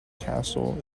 castle